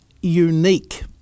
unique